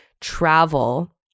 travel